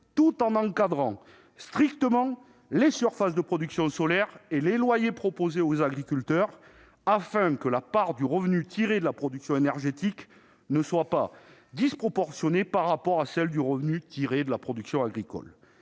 tout en encadrant strictement les surfaces de production solaire et les loyers proposés aux agriculteurs, afin que la part du revenu tiré de la production énergétique ne soit pas disproportionnée par rapport à celle du revenu tiré de la production agricole.